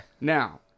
Now